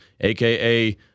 aka